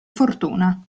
fortuna